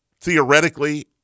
theoretically